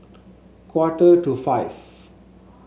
quarter to five